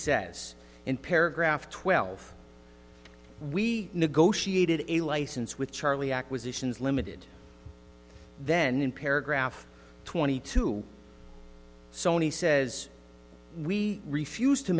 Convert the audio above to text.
says in paragraph twelve we negotiated a license with charlie acquisitions ltd then in paragraph twenty two sony says we refused to